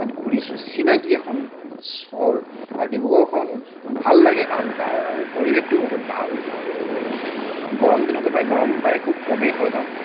তাত ঘূৰিছোঁ চিনাকী এখন চহৰ আৰু ডিব্ৰুগড়খন ভাল লাগে কাৰণ তাৰ পৰিৱেশটো বহুত ভাল আৰু গৰম দিনতো পায় গৰম প্ৰায় খুব কমেই হয় তাত